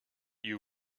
you